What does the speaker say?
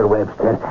Webster